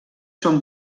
són